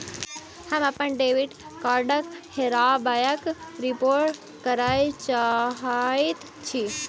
हम अप्पन डेबिट कार्डक हेराबयक रिपोर्ट करय चाहइत छि